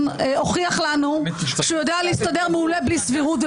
הוכיח לנו שהוא יודע להסתדר מעולה בלי סבירות.